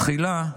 תחילה,